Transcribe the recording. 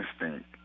instinct